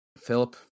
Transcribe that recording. Philip